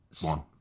one